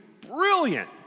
Brilliant